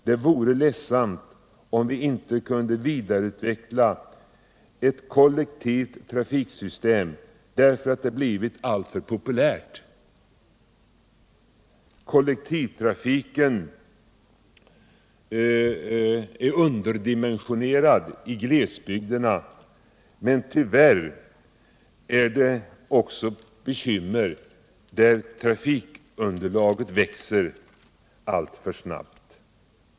Det vore ledsamt om vi inte kunde vidareutveckla ett kollektivt trafiksystem därför att det har blivit alltför populärt. Kollektivtrafiken är underdimensionerad i glesbygderna, men tyvärr finns det också bekymmer där trafikunderlaget växer alltför snabbt.